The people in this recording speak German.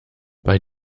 bei